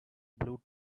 blue